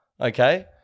okay